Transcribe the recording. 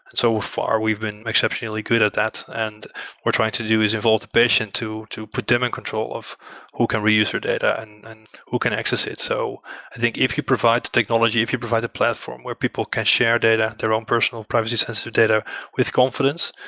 and so far, we've been exceptionally good at that and we're trying to do is involve the patient to to put them in control of who can reuse your data and and who can access it. so i think if you provide the technology, if you provide a platform where people can share data, their own personal privacy-sensitive data with confidence,